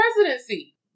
presidency